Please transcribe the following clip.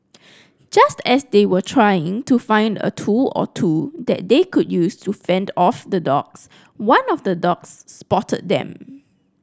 just as they were trying to find a tool or two that they could use to fend off the dogs one of the dogs spotted them